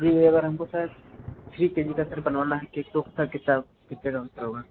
जी अगर हम को शायद थ्री के जी का सर बनवाना है केक तो उसका कितना कितने का होगा